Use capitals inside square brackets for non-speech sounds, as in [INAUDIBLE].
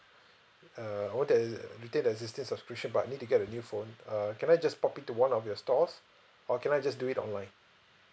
[BREATH] err I want to err retain the existing subscription but I need to get a new phone uh can I just pop in to one of your stores [BREATH] or can I just do it online